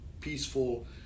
peaceful